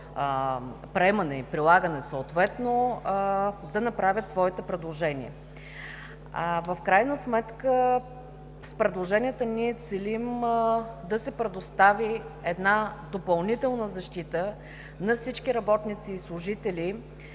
приемане и прилагане, да направят своите предложения. В крайна сметка с предложенията ние целим да се предостави допълнителна защита на всички работници и служители